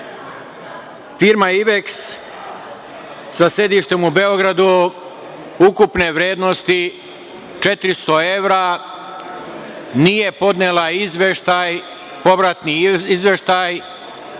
„Iveks“, sa sedištem u Beogradu, ukupne vrednosti 400 evra, nije podnela izveštaj, povratni izveštaj